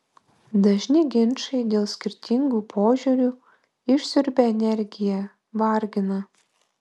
dažni ginčai dėl skirtingų požiūrių išsiurbia energiją vargina